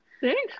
Thanks